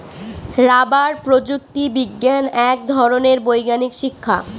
rubber প্রযুক্তি বিজ্ঞান এক ধরনের বৈজ্ঞানিক শিক্ষা